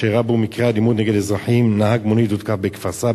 כאשר רבו מקרי אלימות נגד אזרחים: נהג מונית הותקף בכפר-סבא,